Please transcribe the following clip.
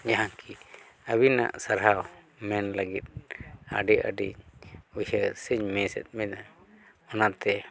ᱡᱟᱦᱟᱸᱠᱤ ᱟᱹᱵᱤᱱᱟᱜ ᱥᱟᱨᱦᱟᱣ ᱢᱮᱱ ᱞᱟᱹᱜᱤᱫ ᱟᱹᱰᱤ ᱟᱹᱰᱤ ᱩᱭᱦᱟᱹᱨ ᱥᱮᱧ ᱢᱤᱥᱮᱫ ᱵᱮᱱᱟ ᱚᱱᱟᱛᱮ